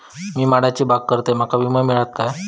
मी माडाची बाग करतंय माका विमो मिळात काय?